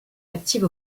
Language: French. active